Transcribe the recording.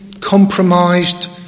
compromised